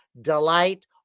delight